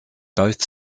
both